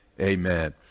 amen